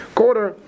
quarter